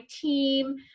team